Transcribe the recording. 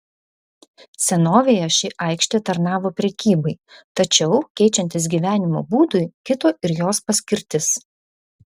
senovėje ši aikštė tarnavo prekybai tačiau keičiantis gyvenimo būdui kito ir jos paskirtis